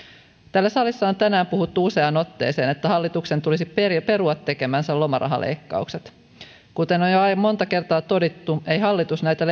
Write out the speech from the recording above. täällä salissa on tänään puhuttu useaan otteeseen että hallituksen tulisi perua tekemänsä lomarahaleikkaukset kuten on jo monta kertaa todettu ei hallitus näitä